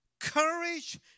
courage